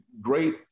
great